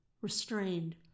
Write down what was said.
restrained